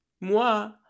Moi